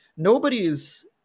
Nobody's